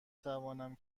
توانم